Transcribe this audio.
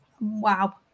Wow